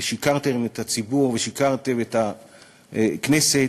ושיקרתם לציבור ושיקרתם לכנסת.